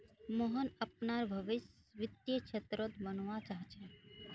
मोहन अपनार भवीस वित्तीय क्षेत्रत बनवा चाह छ